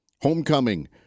Homecoming